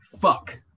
fuck